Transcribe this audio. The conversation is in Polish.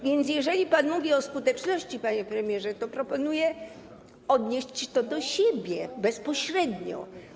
Więc jeżeli pan mówi o skuteczności, panie premierze, to proponuję odnieść to do siebie bezpośrednio.